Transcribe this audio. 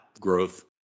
growth